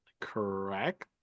correct